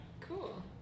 Cool